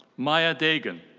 maja degen.